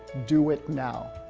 do it now.